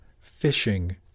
Fishing